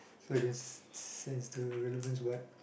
sorry it was sense the relevance what